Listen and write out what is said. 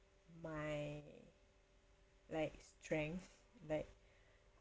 my like strength like